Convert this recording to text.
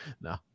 No